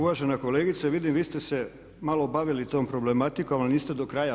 Uvažena kolegice vidim vi ste se malo bavili tom problematikom ali niste do kraja.